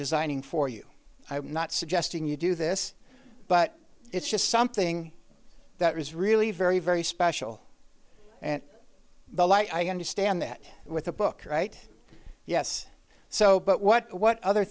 designing for you i am not suggesting you do this but it's just something that is really very very special and the i understand that with the book right yes so but what what other